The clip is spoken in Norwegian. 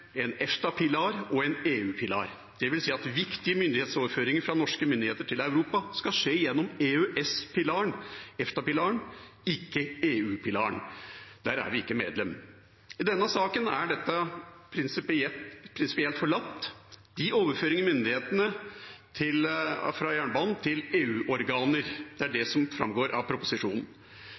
en EFTA-pilar og en EU-pilar. Det vil si at viktige myndighetsoverføringer fra norske myndigheter til Europa skal skje gjennom EØS-pilaren – EFTA-pilaren – ikke EU-pilaren, der er vi ikke medlem. I denne saken er dette prinsipielt forlatt ved overføring av myndighet over jernbanen til EU-organer. Det er det som framgår av proposisjonen.